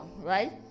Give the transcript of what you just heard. right